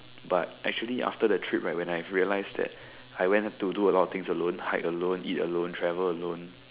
but actually after the trip right when I have realized that I went to do a lot of things alone hike alone eat alone travel alone